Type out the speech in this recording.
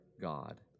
God